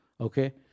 Okay